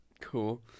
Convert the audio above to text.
Cool